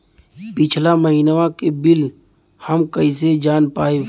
पिछला महिनवा क बिल हम कईसे जान पाइब?